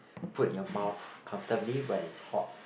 put in your mouth comfortably when it's hot